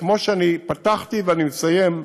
כמו שאני פתחתי, ואני מסיים,